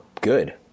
good